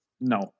No